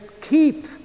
keep